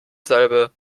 salbe